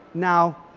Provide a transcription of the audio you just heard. now,